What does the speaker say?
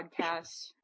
podcast